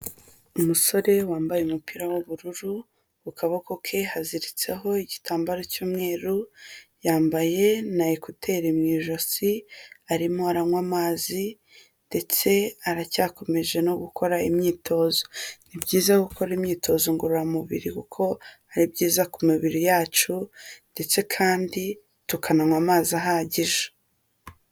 Umusore wambaye umupira w'ubururu, ku kaboko ke haziritseho igitambaro cy'umweru, yambaye na ekuteri mu ijosi, arimo aranywa amazi ndetse aracyakomeje no gukora imyitozo. Ni byiza gukora imyitozo ngororamubiri kuko ari byiza ku mibiri yacu ndetse kandi tukananywa amazi ahagije.